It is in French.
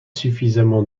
suffisamment